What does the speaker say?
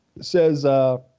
says